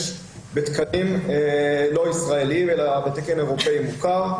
בתקנים לא ישראלים אלא בתקן אירופאי מוכר.